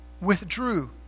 withdrew